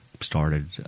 started